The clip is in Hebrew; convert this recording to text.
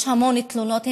ויש המון תלונות,